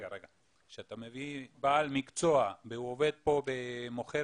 כשאתה מביא בעל מקצוע והוא מוכר